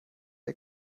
der